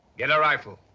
get a rifle.